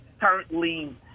currently